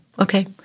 Okay